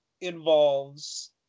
involves